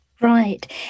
Right